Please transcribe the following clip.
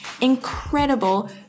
incredible